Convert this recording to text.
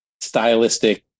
stylistic